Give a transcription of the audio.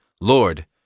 Lord